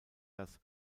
das